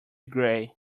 gray